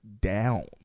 down